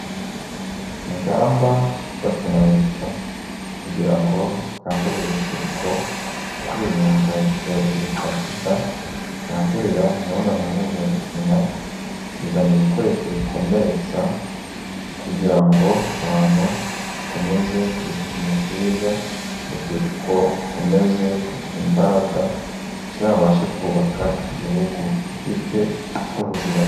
Ingamba ifashwe na leta kugira ngo ikangurire urubyiruko kwirinda icyorezo cya sida cyandurira mu mibonano mpuzabitsina, gutizanya ibikoresho bikomeretsa, kugira ngo abantu bakomeze kugira ubuzima bwiza, urubyiruko rukomeze kugira imbaraga tuzabashe kubaka igihugu gifite ubuziranenge.